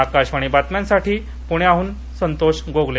आकाशवाणी बातम्यांसाठी पुण्याहून संतोष गोगले